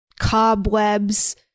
cobwebs